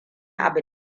abu